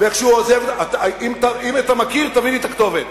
אם אתה מכיר, תביא לי את הכתובת.